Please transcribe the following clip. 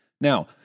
Now